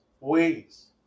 ways